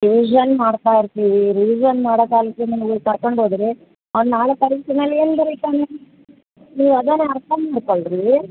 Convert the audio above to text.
revision ಮಾಡ್ತಾ ಇರ್ತೀವಿ revision ಮಾಡೋ ಕಾಲಕ್ಕೆ ನೀವು ಕರ್ಕೊಂಡು ಹೋದರೆ ಅವನು ನಾಳೆ ಪರೀಕ್ಷೆನಲ್ಲಿ ಏನು ಬರೀತಾನೆ ನೀವು ಅದನ್ನೇ ಅರ್ಥ ಮಾಡ್ಕೊಳ್ರಿ